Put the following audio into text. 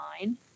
nine